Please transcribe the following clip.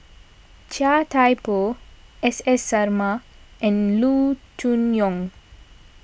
Chia Thye Poh S S Sarma and Loo Choon Yong